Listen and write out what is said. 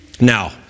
now